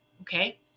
Okay